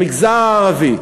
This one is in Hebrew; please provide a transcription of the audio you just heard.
למגזר הערבי,